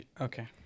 Okay